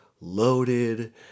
loaded